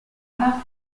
ala